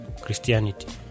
Christianity